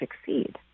succeed